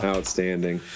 Outstanding